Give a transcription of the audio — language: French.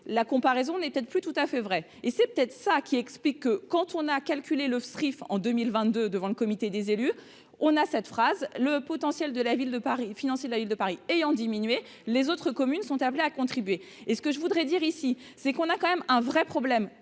la comparaison n'est peut-être plus tout à fait vrai et c'est peut-être ça qui explique que quand on a calculé le Street en 2022 devant le comité des élus, on a cette phrase, le potentiel de la ville de Paris, financer la ville de Paris ayant diminué les autres communes sont appelées à contribuer et ce que je voudrais dire ici, c'est qu'on a quand même un vrai problème